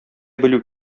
белү